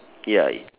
ya it